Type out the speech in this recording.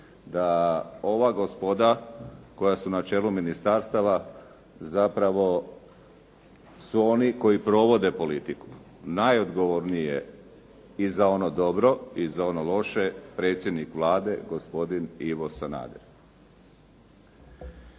da ova gospoda koja su na čelu ministarstava zapravo su oni koji provode politiku, najodgovornije i za ono dobro i za ono loše predsjednik Vlade. gospodin Ivo Sanader.